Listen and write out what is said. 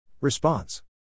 Response